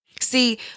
See